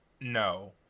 no